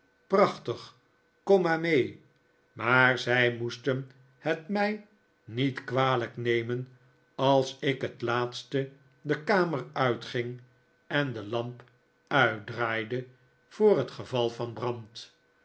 prachtig kom maar mee maar zij moesten het mij niet kwalijk nemen als ik het laatst de kamer uitging en de lamp uitdraaide voor het geval van brand